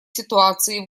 ситуации